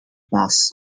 baas